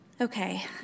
Okay